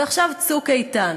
ועכשיו "צוק איתן".